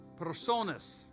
personas